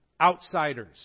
outsiders